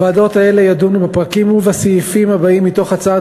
הוועדות האלה ידונו בפרקים ובסעיפים הבאים מתוך הצעת